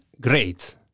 great